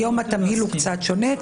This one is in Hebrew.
היום התמהיל קצת שונה,